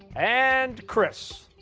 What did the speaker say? and chris.